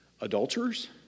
adulterers